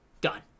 done